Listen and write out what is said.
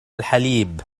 الحليب